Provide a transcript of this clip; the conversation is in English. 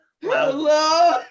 hello